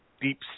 deep